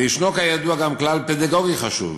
וישנו, כידוע, גם כלל פדגוגי חשוב: